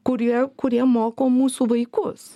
kurie kurie moko mūsų vaikus